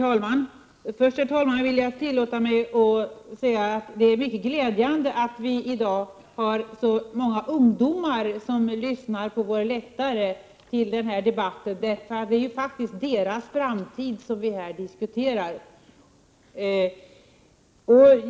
Herr talman! Jag tillåter mig först att säga att det är mycket glädjande att vi i dag har så många ungdomar som lyssnar på denna debatt från läktaren. Det är faktiskt deras framtid som vi nu diskuterar.